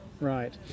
Right